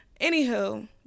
Anywho